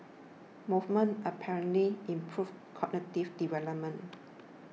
movement apparently improves cognitive development